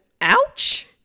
ouch